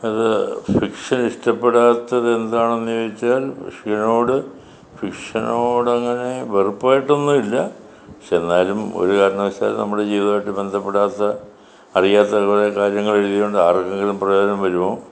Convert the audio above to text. അത് ഫിക്ഷൻ ഇഷ്ടപ്പെടാത്തത് എന്താണെന്ന് ചോദിച്ചാൽ ഫിക്ഷനോട് ഫിക്ഷനോട് അങ്ങനെ വെറുപ്പായിട്ടൊന്നും ഇല്ല പക്ഷെ എന്നാലും ഒരു കാരണവശാൽ നമ്മുടെ ജീവിതവുമായിട്ട് ബന്ധപ്പെടാത്ത അറിയാത്ത കുറെ കാര്യങ്ങൾ എഴുതിക്കൊണ്ട് ആർക്കെങ്കിലും പ്രയോജനം വരുമോ